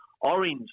Orange